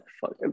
Fuck